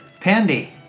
Pandy